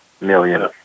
million